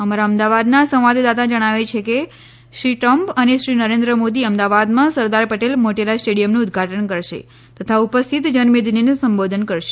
અમારા અમદાવાદના સંવાદદાતા જણાવે છે કે શ્રી ટ્રમ્પ અને શ્રી નરેન્પ મોદી અમદાવાદમાં સરદાર પટેલ મોટેરા સ્ટેડિયમનું ઉદઘાટન કરશે તથા ઉપસ્થીત જનમેદનીને સંબોધન કરશે